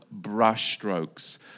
brushstrokes